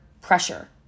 pressure